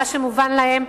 מה שמובן להם,